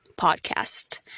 podcast